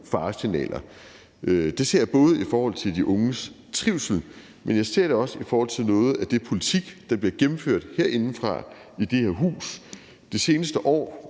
faresignaler. Det ser jeg både i forhold til de unges trivsel, men jeg ser det også i forhold til noget af den politik, der bliver gennemført herinde fra det her hus. De seneste år